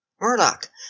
Murdoch